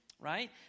right